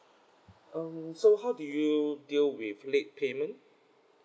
um so how do you deal with late payment